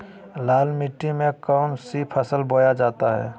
लाल मिट्टी में कौन सी फसल बोया जाता हैं?